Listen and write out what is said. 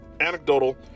Anecdotal